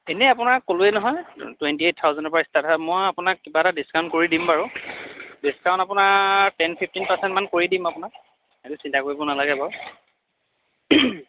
এনেই আপোনাৰ ক'লোৱেই নহয় টুৱেণ্টি এইট থাউেডৰ পৰা ষ্টাৰ্ট হয় মই আপোনাক কিবা এটা ডিছকাউণ্ট কৰি দিম বাৰু ডিছকাউণ্ট আপোনাৰ টেন ফিফটিন পাৰ্চেণ্টমান কৰি দিম আপোনাক সেইটো চিন্তা কৰিব নালাগে বাৰু